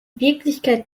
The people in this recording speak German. wirklichkeit